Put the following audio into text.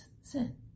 sin